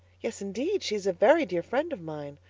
yes, indeed, she is a very dear friend of mine,